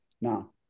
Now